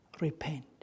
repent